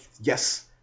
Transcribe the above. yes